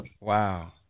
Wow